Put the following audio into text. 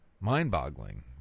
mind-boggling